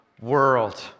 world